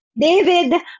David